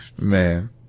Man